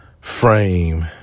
frame